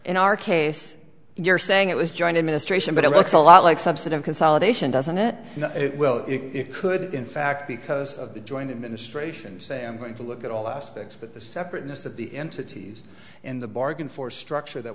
in our case you're saying it was joint administration but it looks a lot like subset of consolidation doesn't it well it could in fact because of the joint administration say i'm going to look at all aspects but the separateness of the entities in the bargain force structure that